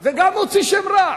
וגם מוציאים שם רע.